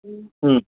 હમ્મ